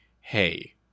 hey